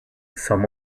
some